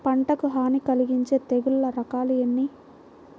పంటకు హాని కలిగించే తెగుళ్ళ రకాలు ఎన్ని?